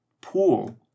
pool